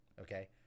Okay